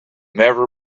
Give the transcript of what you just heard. never